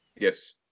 Yes